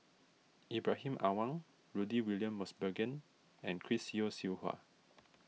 Ibrahim Awang Rudy William Mosbergen and Chris Yeo Siew Hua